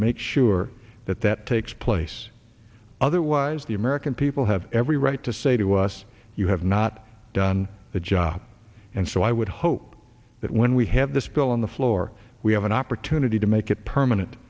make sure that that takes place otherwise the american people have every right to say to us you have not done the job and so i would hope that when we have this bill on the floor we have an opportunity to make it permanent